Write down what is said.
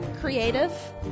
creative